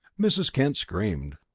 mrs. kent screamed.